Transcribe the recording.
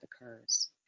occurs